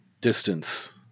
distance